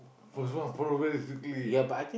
follows what follows where exactly